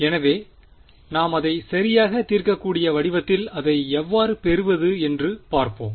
எனவே நாம் அதை சரியாக தீர்க்கக்கூடிய வடிவத்தில் அதை எவ்வாறு பெறுவது என்று பார்ப்போம்